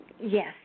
Yes